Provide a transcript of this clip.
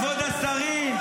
כבוד השרים,